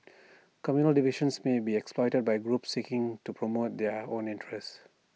communal divisions may be exploited by groups seeking to promote their own interests